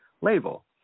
label